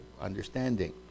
understanding